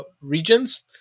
regions